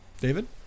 David